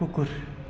कुकुर